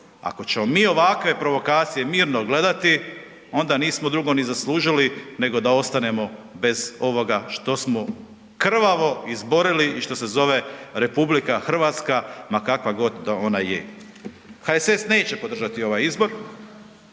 Ako ćemo mi ovakve provokacije mirno gledati onda nismo drugo ni zaslužili nego da ostanemo bez ovoga što smo krvavo izborili i što se zove RH ma kakva god da ona je. HSS neće podržati ovaj izbor,